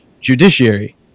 judiciary